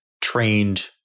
trained